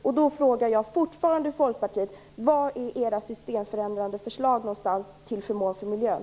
Då är min fråga till Folkpartiet fortfarande: Var är era systemförändrande förslag till förmån för miljön?